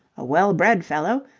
a well-bred fellow,